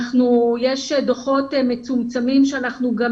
יש דוחות מצומצמים שאנחנו גם